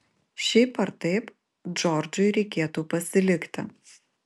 šiaip ar taip džordžui reikėtų pasilikti